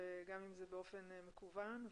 גם אם זה באופן מקוון.